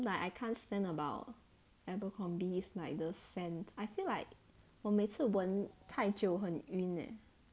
like I can't stand about abercrombie is like the sand I feel like 我每次闻太久很晕咧